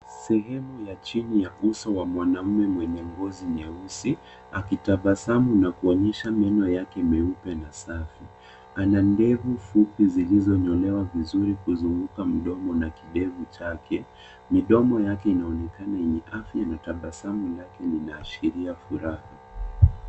Sehemu ya chuni ya uso wa mwanamume mwenye ngozi nyeusi akitabasamu na kuonyesha meno yake meupe na safi. Ana ndevu fupi zilizonyolewa vizuri kuzunguka mdomo na kidevu chake. Midomo yake inaonekana yenye afya na tabasamu lake linaashiria furaha.